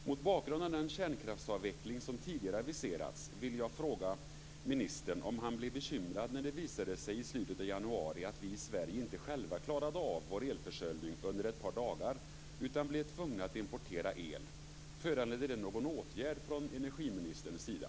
Mot bakgrund av den kärnkraftsavveckling som tidigare aviserats vill jag fråga ministern om han blir bekymrad av att det i slutet av januari visade sig att vi i Sverige under ett par dagar själva inte klarade av vår elförsörjning utan blev tvungna att importera el. Föranleder det någon åtgärd från energiministerns sida?